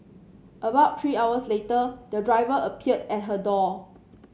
about three hours later the driver appeared at her door